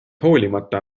hoolimata